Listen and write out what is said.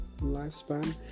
lifespan